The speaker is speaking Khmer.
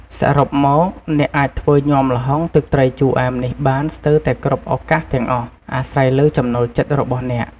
សរុបមក អ្នកអាចធ្វើញាំល្ហុងទឹកត្រីជូរអែមនេះបានស្ទើរតែគ្រប់ឱកាសទាំងអស់ អាស្រ័យលើចំណូលចិត្តរបស់អ្នក។